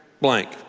Blank